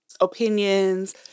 opinions